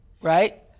Right